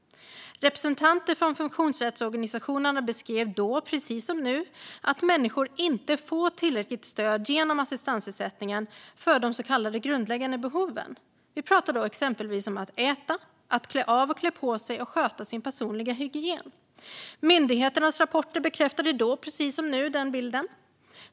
Representanter från funktionsrättsorganisationerna beskrev då precis som nu att människor inte får tillräckligt stöd genom assistansersättningen för de så kallade grundläggande behoven. Vi pratar då exempelvis om att äta, att klä av och på sig och att sköta sin personliga hygien. Myndigheternas rapporter bekräftade då precis som nu den bilden.